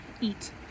eat